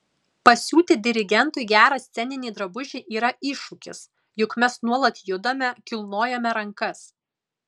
pasiūti dirigentui gerą sceninį drabužį yra iššūkis juk mes nuolat judame kilnojame rankas